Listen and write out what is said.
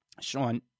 Sean